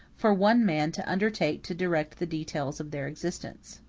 for one man to undertake to direct the details of their existence.